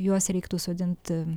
juos reiktų sodint